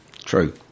True